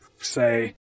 say